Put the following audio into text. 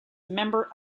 member